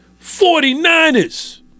49ers